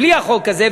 בלי החוק הזה,